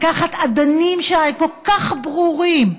לקחת אדנים שכל כך ברורים,